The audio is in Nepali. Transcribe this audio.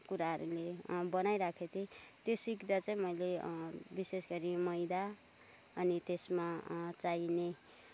कुराहरूले बनाइरहेको थिएँ त्यो सिक्दा चाहिँ मैले विशेष गरी मैदा अनि त्यसमा चाहिने